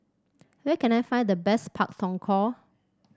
where can I find the best Pak Thong Ko